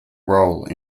role